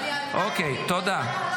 --- אוקיי, תודה.